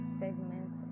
segment